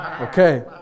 Okay